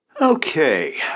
Okay